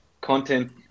content